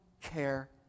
care